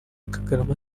kagarama